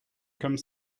comme